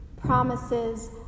promises